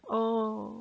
oh